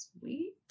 sweet